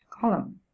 column